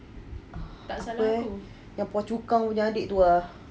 ah yang apa ya yang phua chu kang punya adik tu ah